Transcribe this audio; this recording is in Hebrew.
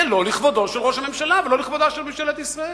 זה לא לכבודו של ראש הממשלה ולא לכבודה של ממשלת ישראל.